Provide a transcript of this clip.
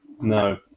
No